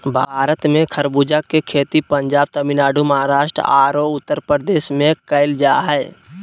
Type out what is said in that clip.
भारत में खरबूजा के खेती पंजाब, तमिलनाडु, महाराष्ट्र आरो उत्तरप्रदेश में कैल जा हई